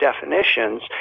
definitions